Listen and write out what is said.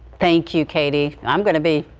thank you katie i'm going to be.